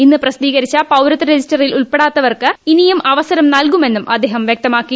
ഇന്ന് പ്രസിദ്ധീകരിച്ച പൌരത്വ രജിസ്റ്ററിൽ ഉൾപ്പെടാത്തവർക്ക് ഇനിയും അവസരം നൽകുമെന്നും അദ്ദേഹം വ്യക്ത്മാക്കി